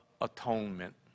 atonement